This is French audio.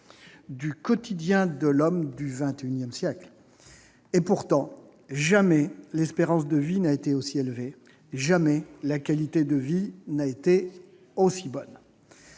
du quotidien de l'homme du XXI siècle. Pourtant jamais l'espérance de vie n'a été aussi élevée ; jamais la qualité de vie n'a été aussi bonne.